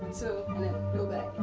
two, and then go back.